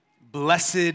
blessed